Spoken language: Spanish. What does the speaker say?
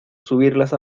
subirlas